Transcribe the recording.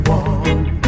one